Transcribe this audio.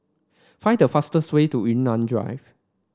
find the fastest way to Yunnan Drive